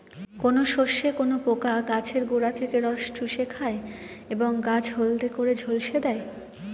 কোন শস্যে কোন পোকা গাছের গোড়া থেকে রস চুষে খায় এবং গাছ হলদে করে ঝলসে দেয়?